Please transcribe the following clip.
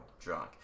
Drunk